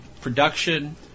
production